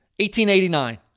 1889